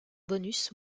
bonus